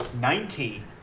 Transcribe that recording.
Nineteen